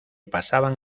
pasaban